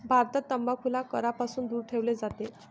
भारतात तंबाखूला करापासून दूर ठेवले जाते